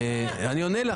--- אני עונה לך,